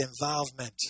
involvement